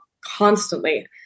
constantly